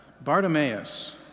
Bartimaeus